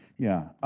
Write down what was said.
yeah,